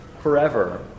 forever